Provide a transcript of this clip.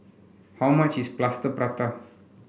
how much is Plaster Prata